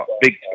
big